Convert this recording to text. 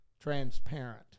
transparent